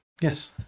Yes